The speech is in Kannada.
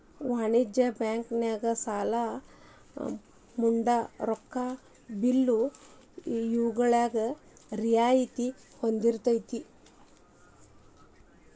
ವಾಣಿಜ್ಯ ಬ್ಯಾಂಕ್ ನ್ಯಾಗ ಸಾಲಾ ಮುಂಗಡ ರೊಕ್ಕಾ ಬಿಲ್ಲು ಇವ್ಗಳ್ಮ್ಯಾಲೆ ರಿಯಾಯ್ತಿ ಹೊಂದಿರ್ತೆತಿ